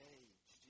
age